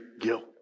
guilt